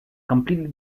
completely